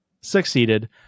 succeeded